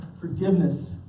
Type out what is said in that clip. forgiveness